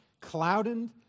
clouded